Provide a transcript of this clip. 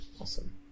Awesome